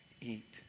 eat